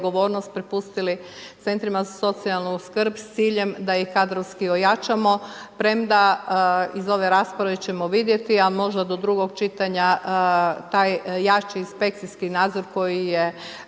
odgovornost prepustili centrima za socijalnu skrb s ciljem da ih kadrovski ojačamo, premda iz ove rasprave ćemo vidjeti, a možda do drugog čitanja taj jači inspekcijski nadzor koji je